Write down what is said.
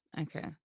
Okay